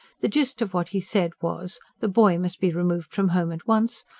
the gist of what he said was, the boy must be removed from home at once,